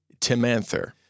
Timanther